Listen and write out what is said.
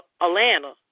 Atlanta